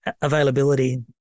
availability